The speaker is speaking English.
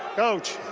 coach.